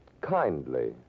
kindly